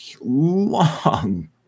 long